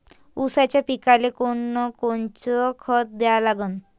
ऊसाच्या पिकाले कोनकोनचं खत द्या लागन?